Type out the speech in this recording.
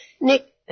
Nick